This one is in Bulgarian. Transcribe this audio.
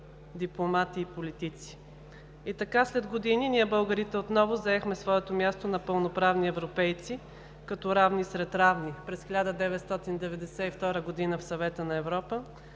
дипломати и политици. И така след години ние българите отново заехме своето място на пълноправни европейци, като равни сред равни: през 1992 г. в Съвета на Европа,